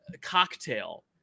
cocktail